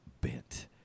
bent